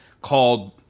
called